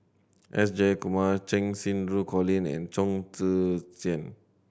S Jayakumar Cheng Xinru Colin and Chong Tze Chien